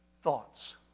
thoughts